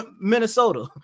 minnesota